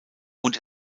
und